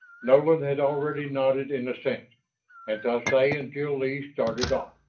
nolan had already nodded in assent, and tsoay and jil-lee started off.